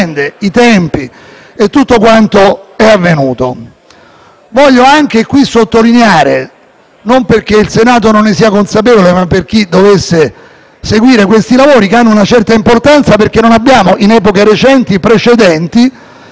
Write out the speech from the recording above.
non perché il Senato non ne sia consapevole, ma per chi dovesse seguirci, che questi lavori hanno una certa importanza, perché in epoche recenti non abbiamo precedenti di questa rilevanza e la discussione è sicuramente importante anche per il futuro.